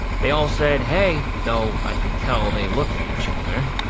they all said hey, though i could tell they looked at each other.